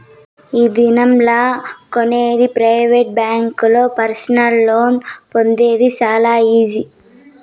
ఈ దినం లా కొనేకి ప్రైవేట్ బ్యాంకుల్లో పర్సనల్ లోన్ పొందేది చాలా ఈజీ